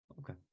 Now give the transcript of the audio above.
Okay